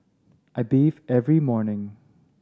I bathe every morning